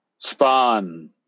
Spawn